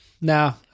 no